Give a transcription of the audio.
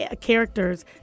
characters